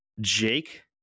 Jake